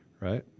Right